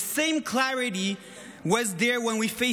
The same unyielding clarity was there when we faced